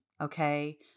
okay